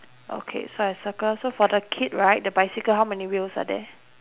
okay so I circle so for the kid right the bicycle how many wheels are there